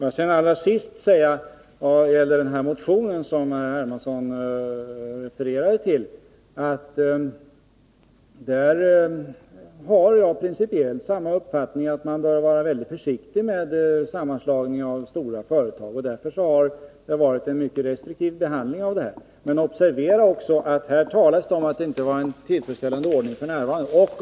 Får jag allra sist vad gäller den motion som herr Hermansson refererade till säga att jag fortfarande har den principiella uppfattningen att man bör vara försiktig med sammanslagning av stora företag. Därför har det varit en mycket restriktiv behandling av sådana ärenden. Men observera också att det talas om i motionen att det f. n. inte är en tillfredsställande ordning på det här området.